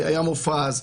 כשהיה מופז,